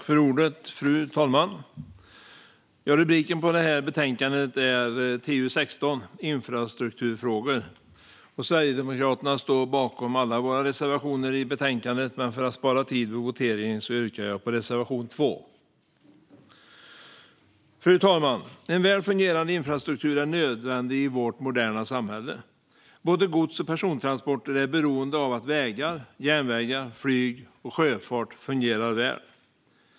Fru talman! Rubriken på betänkande TU16 är Infrastrukturfrågor . Sverigedemokraterna står bakom alla våra reservationer i betänkandet, men för att spara tid vid voteringen yrkar jag bifall endast till reservation 2. Fru talman! En väl fungerande infrastruktur är nödvändig i vårt moderna samhälle. Både gods och persontransporter är beroende av att vägar, järnvägar, flyg och sjöfart fungerar väl.